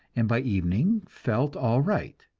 and by evening felt all right.